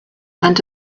and